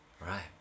Right